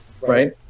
right